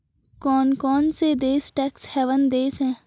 कौन कौन से देश टैक्स हेवन देश हैं?